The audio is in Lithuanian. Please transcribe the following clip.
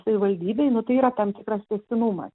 savivaldybėj nu tai yra tam tikras tęstinumas